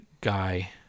guy